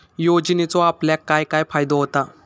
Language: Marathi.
योजनेचो आपल्याक काय काय फायदो होता?